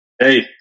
Hey